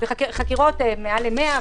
חקירות היו יותר מ-100.